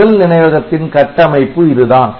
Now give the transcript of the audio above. நிரல் நினைவகத்தின் கட்டமைப்பு இதுதான்